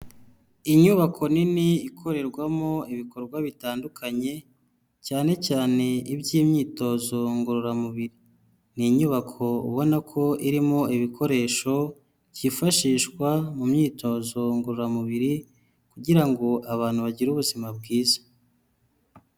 Inyubako nini ikorerwamo ibikorwa bitandukanye cyane cyane iby'imyitozo ngororamubiri, ni inyubako ubona ko irimo ibikoresho byifashishwa mu myitozo ngororamubiri kugira ngo abantu bagire ubuzima bwiza.